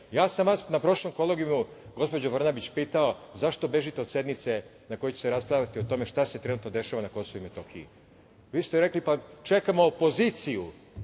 sam vas na prošlom Kolegijumu, gospođo Brnabić pitao zašto bežite od sednice na kojoj će se raspravljati o tome šta se trenutno dešava na Kosovu i Metohiji. Vi ste rekli – pa, čekamo opoziciju